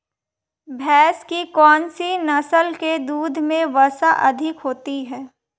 भैंस की कौनसी नस्ल के दूध में वसा अधिक होती है?